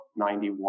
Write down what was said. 91